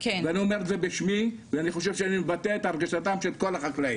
אני אומר את זה בשמי אבל אני חושב שאני מבטא את הרגשתם של כל החקלאים.